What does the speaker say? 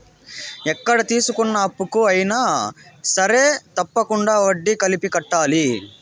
ఎక్కడ తీసుకున్న అప్పుకు అయినా సరే తప్పకుండా వడ్డీ కలిపి కట్టాలి